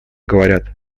говорят